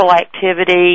activity